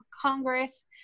Congress